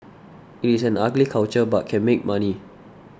it is an ugly culture but can make money